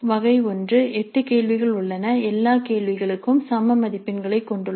வகை 1 8 கேள்விகள் உள்ளன எல்லா கேள்விகளும் சம மதிப்பெண்களைக் கொண்டுள்ளன